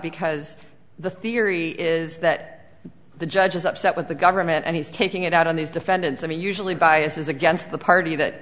because the theory is that the judge is upset with the government and he's taking it out on these defendants i mean usually biases against the party that